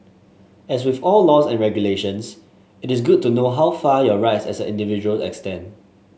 as with all laws and regulations it is good to know how far your rights as individuals extend